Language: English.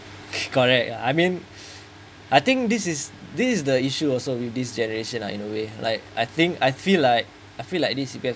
correct I mean I think this is this is the issue also with this generation lah in a way like I think I feel like I feel like this C_P_F